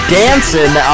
dancing